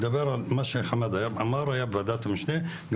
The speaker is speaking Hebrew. שחמד עאמר היה בוועדת משנה.